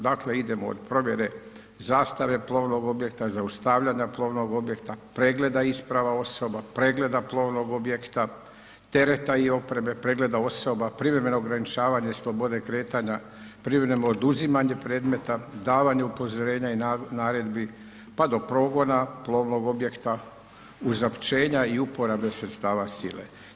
Dakle, idemo od provjere zastare plovnog objekta, zaustavljanja plovnog objekta, pregleda isprava osoba, pregleda plovnog objekta, tereta i oprema, pregleda osoba, privremeno ograničavanje slobode kretanja, ... oduzimanje predmeta, davanje upozorenja i naredbi, pa do progona, plovnog objekta uzapćenja i uporabe sredstava sile.